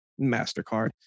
MasterCard